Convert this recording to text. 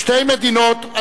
שתי מדינות,